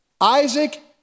Isaac